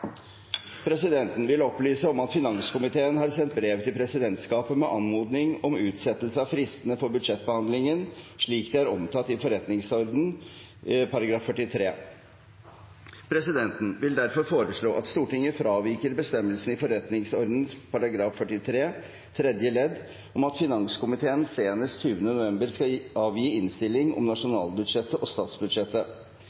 Presidenten vil opplyse om at finanskomiteen har sendt brev til presidentskapet med anmodning om utsettelse av fristene for budsjettbehandlingen, slik de er omtalt i forretningsordenens § 43. Presidenen vil derfor foreslå at Stortinget fraviker bestemmelsen i forretningsordenens § 43 tredje ledd om at finanskomiteen senest 20. november skal avgi innstilling om